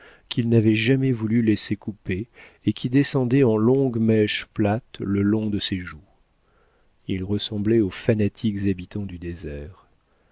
qu'il n'avait jamais voulu laisser couper et qui descendaient en longues mèches plates le long de ses joues il ressemblait aux fanatiques habitants du désert